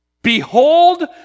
Behold